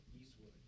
Eastwood